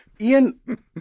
Ian